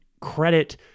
credit